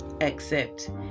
accept